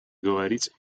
говорить